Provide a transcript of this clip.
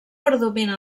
predominen